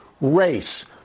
race